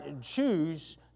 choose